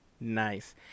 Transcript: Nice